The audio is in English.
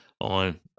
on